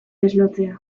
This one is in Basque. deslotzea